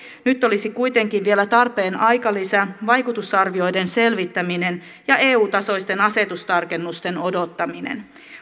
nyt olisi kuitenkin vielä tarpeen aikalisä vaikutusarvioiden selvittäminen ja eu tasoisten asetustarkennusten odottaminen